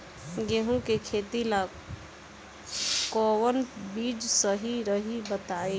गेहूं के खेती ला कोवन बीज सही रही बताई?